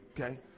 okay